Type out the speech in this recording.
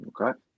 Okay